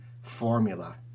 formula